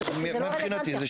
כי זה לא רלוונטי עכשיו.